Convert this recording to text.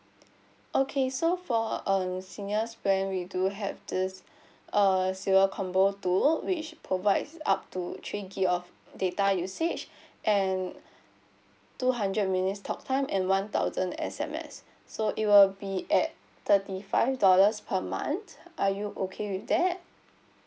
okay so for um seniors plan we do have this a zero combo two which provides up to three G_B of data usage and two hundred minutes talk time and one thousand S_M_S so it will be at thirty five dollars per month are you okay with that